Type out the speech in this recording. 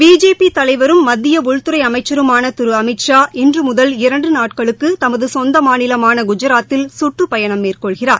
BJP தலைவரும் மத்திய உள்துறை அமைச்சருமான திரு அமித்ஷா இன்று முதல் இரண்டு நாட்களுக்கு தமது சொந்த மாநிலமான குஜராத்தில் சுற்றுப்பயணம் மேற்கொள்கிறார்